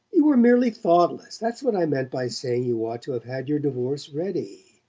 you were merely thoughtless that's what i meant by saying you ought to have had your divorce ready.